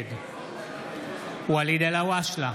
נגד ואליד אלהואשלה,